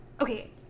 okay